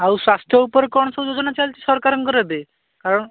ଆଉ ସ୍ଵାସ୍ଥ୍ୟ ଉପରେ କ'ଣ ସବୁ ଯୋଜନା ଚାଲିଛି ସରକାରଙ୍କର ଏବେ କାରଣ